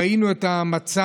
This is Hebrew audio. ראינו את המצב